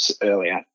earlier